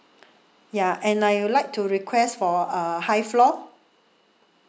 ya and I would like to request for a high floor